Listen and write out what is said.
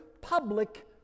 public